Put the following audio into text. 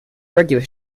regular